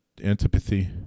antipathy